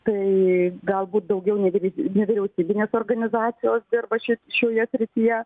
tai galbūt daugiau nevyr nevyriausybinės organizacijos dirba ši šioje srityje